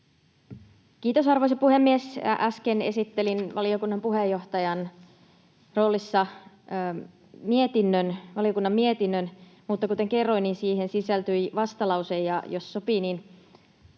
Kiitos, arvoisa puhemies! Äsken esittelin valiokunnan puheenjohtajan roolissa valiokunnan mietinnön, mutta kuten kerroin, niin siihen sisältyi vastalause, ja jos sopii, niin